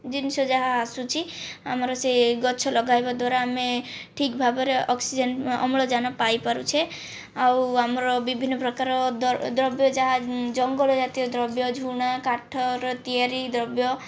ଜିନିଷ ଯାହା ଆସୁଛି ଆମର ସେ ଗଛ ଲଗାଇବା ଦ୍ୱାରା ଆମେ ଠିକ୍ ଭାବରେ ଅକ୍ସିଜେନ ଅମ୍ଳଜାନ ପାଇପାରୁଛେ ଆଉ ଆମର ବିଭିନ୍ନ ପ୍ରକାର ଦ୍ରବ୍ୟ ଯାହା ଜଙ୍ଗଲ ଜାତୀୟ ଦ୍ରବ୍ୟ ଝୁଣା କାଠର ତିଆରି ଦ୍ରବ୍ୟ